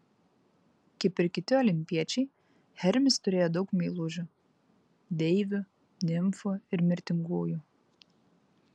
kaip ir kiti olimpiečiai hermis turėjo daug meilužių deivių nimfų ir mirtingųjų